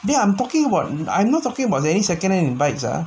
then I'm talking about I not talking about any secondhand bikes ah